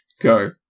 go